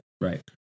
right